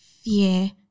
fear